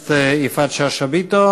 הכנסת יפעת שאשא ביטון.